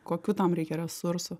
kokių tam reikia resursų